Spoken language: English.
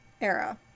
era